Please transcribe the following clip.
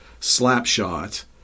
Slapshot